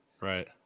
Right